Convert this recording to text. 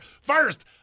First